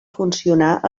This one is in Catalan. funcionar